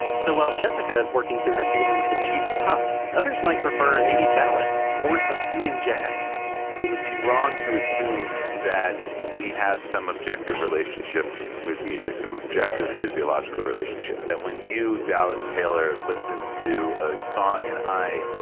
so while jessica is working through her feelings with cheesy pop, others might prefer eighty s ballads, or some soothing jazz it would be wrong to assume that we have some objective relationship with music, some objective physiological relationship. that when you, dallas taylor, listen to a song and i,